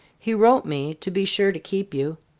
he wrote me to be sure to keep you.